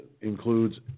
includes